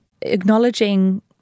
acknowledging